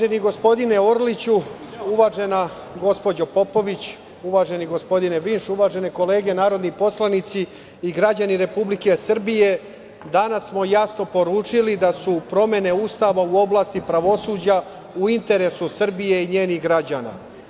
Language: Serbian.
Uvaženi gospodine, Orliću, uvažena gospođo Popović, uvaženi gospodine Vinš, uvažene kolege narodni poslanici i građani Republike Srbije, danas smo jasno poručili da su promene Ustava u oblasti pravosuđa u interesu Srbije i njenih građana.